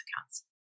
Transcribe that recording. accounts